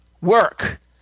work